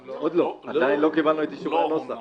אני לא חושב שהוועדה קיבלה איזשהו סט של תקנות,